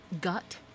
gut